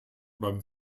beim